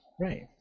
Right